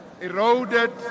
eroded